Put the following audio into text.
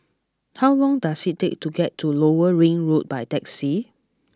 how long does it take to get to Lower Ring Road by taxi